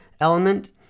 element